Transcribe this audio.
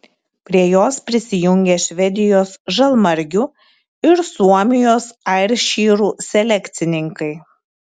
prie jos prisijungė švedijos žalmargių ir suomijos airšyrų selekcininkai